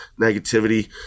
negativity